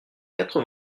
quatre